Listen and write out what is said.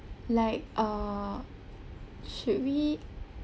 like err should we